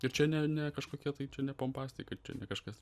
ir čia ne ne kažkokia tai čia ne pompastika čia ne kažkas